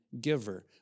giver